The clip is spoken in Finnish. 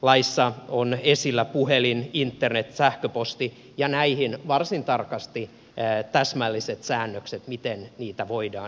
laissa on esillä puhelin internet sähköposti ja näihin varsin tarkasti täsmälliset säännökset miten niitä voidaan käyttää